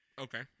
Okay